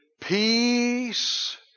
peace